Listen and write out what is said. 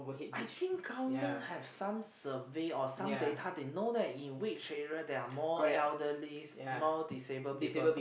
I think government have some survey or some data they know that in which area there are more elderly more disable people